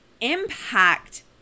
impact